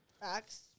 Facts